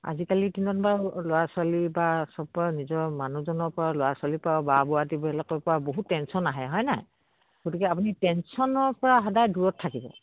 আজিকালিৰ দিনত বাৰু ল'ৰা ছোৱালী বা চবৰে নিজৰ মানুহজনৰ পৰা ল'ৰা ছোৱালীৰ পৰা বা বিলাকৰ পৰা বহুত টেনচন আহে হয় নাই গতিকে আপুনি টেনচনৰ পৰা সদায় দূৰত থাকিব